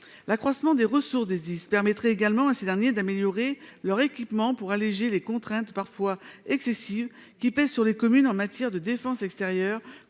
L'accroissement des ressources des Sdis leur permettrait également d'améliorer leur équipement pour alléger les contraintes parfois excessives qui pèsent sur les communes en matière de défense extérieure